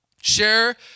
share